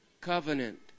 covenant